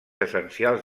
essencials